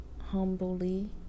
humbly